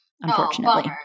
unfortunately